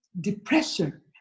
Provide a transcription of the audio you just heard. depression